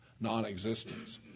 non-existence